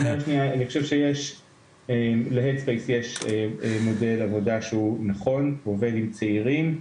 אני חושב שלהדספייס יש מודל עבודה שהוא נכון והוא עובד עם צעירים,